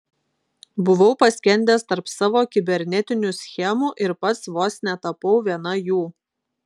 buvau paskendęs tarp savo kibernetinių schemų ir pats vos netapau viena jų